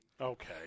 Okay